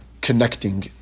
connecting